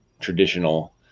traditional